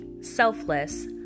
selfless